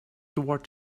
toward